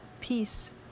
peace